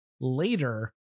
later